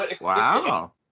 Wow